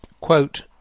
quote